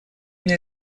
мне